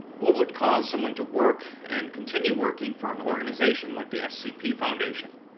what would cause someone to work and continue working for an organization like the scp foundation?